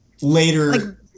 later